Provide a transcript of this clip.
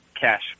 cash